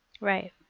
Right